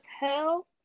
hell